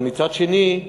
אבל מצד שני,